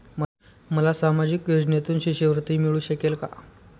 मला सामाजिक योजनेतून शिष्यवृत्ती मिळू शकेल का?